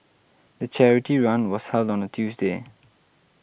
the charity run was held on a Tuesday